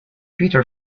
peter